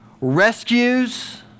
rescues